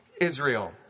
Israel